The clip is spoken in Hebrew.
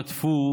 רדפו,